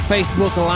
Facebook